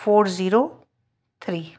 four zero three